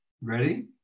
ready